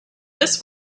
this